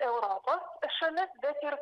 europos šalis bet ir